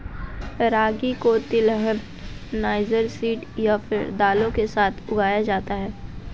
रागी को तिलहन, niger seed या फिर दालों के साथ उगाया जाता है